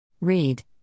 Read